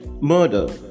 murder